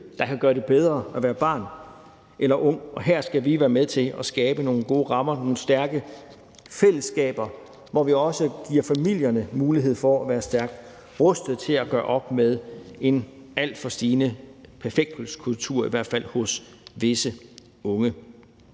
der kan gøre det bedre at være barn eller ung, og her skal vi være med til at skabe nogle gode rammer, nogle stærke fællesskaber, hvor vi også giver familierne mulighed for at være stærkt rustet til at gøre op med en alt for stigende perfekthedskultur, i hvert fald hos visse unge.